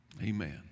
Amen